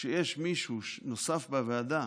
כשיש מישהו נוסף בוועדה